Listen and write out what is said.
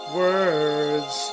words